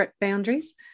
boundaries